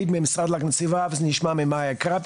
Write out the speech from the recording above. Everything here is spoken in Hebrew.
המשרד להגנת הסביבה.